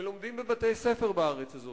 ולומדים בבתי-ספר בארץ הזאת,